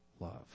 love